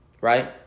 Right